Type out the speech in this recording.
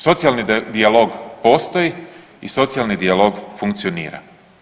Socijalni dijalog postoji i socijalni dijalog funkcionira.